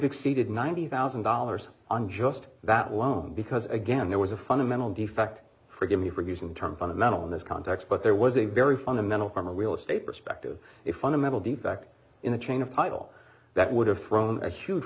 exceeded ninety thousand dollars on just that alone because again there was a fundamental defect forgive me for using the term fundamental in this context but there was a very fundamental from a real estate perspective if fundamental defect in the chain of title that would have thrown a huge